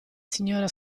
signora